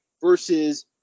versus